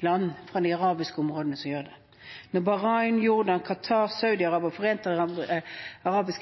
De forente arabiske